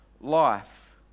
life